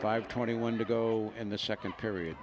five twenty one to go in the second period